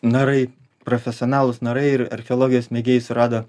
narai profesionalūs narai ir archeologijos mėgėjai surado